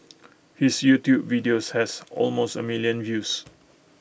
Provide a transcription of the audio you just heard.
his YouTube video has almost A million views